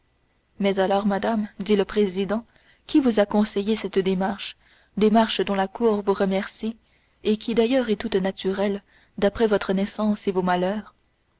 mais alors madame dit le président qui vous a conseillé cette démarche démarche dont la cour vous remercie et qui d'ailleurs est toute naturelle d'après votre naissance et vos malheurs